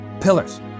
pillars